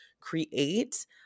create